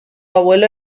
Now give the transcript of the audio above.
abuelo